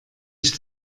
ich